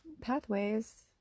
pathways